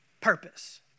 purpose